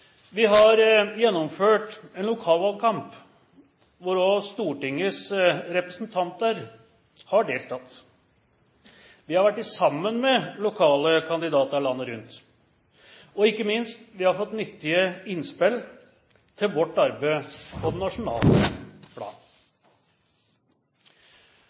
Vi har gjennomført en lokalvalgkamp hvor også Stortingets representanter har deltatt. Vi har vært sammen med lokale kandidater landet rundt og ikke minst fått nyttige innspill til vårt arbeid på det nasjonale plan.